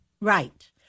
Right